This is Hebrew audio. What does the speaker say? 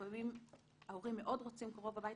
לפעמים ההורים מאוד רוצים קרוב הביתה,